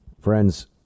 Friends